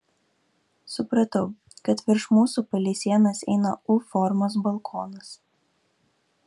supratau kad virš mūsų palei sienas eina u formos balkonas